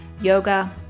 yoga